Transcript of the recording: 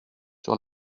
sur